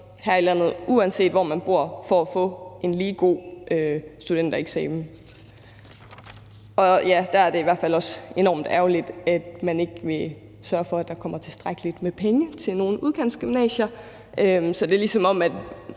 uanset hvor man bor, for at få lige gode studentereksamener. Der er det i hvert fald også enormt ærgerligt, at man ikke vil sørge for, at der kommer tilstrækkeligt med penge til nogle udkantsgymnasier. Det er, som om